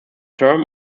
term